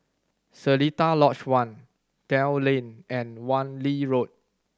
Seletar Lodge One Dell Lane and Wan Lee Road